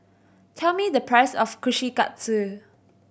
tell me the price of Kushikatsu